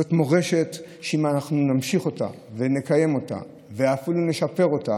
זאת מורשת שאם אנחנו נמשיך אותה ונקיים אותה ואפילו נשפר אותה,